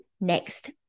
next